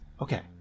Okay